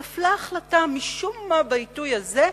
משום מה נפלה החלטה דווקא בעיתוי הזה,